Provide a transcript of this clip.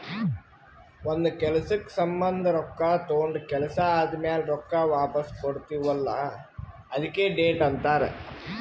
ಒಂದ್ ಕೆಲ್ಸಕ್ ಸಂಭಂದ ರೊಕ್ಕಾ ತೊಂಡ ಕೆಲ್ಸಾ ಆದಮ್ಯಾಲ ರೊಕ್ಕಾ ವಾಪಸ್ ಕೊಡ್ತೀವ್ ಅಲ್ಲಾ ಅದ್ಕೆ ಡೆಟ್ ಅಂತಾರ್